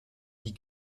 die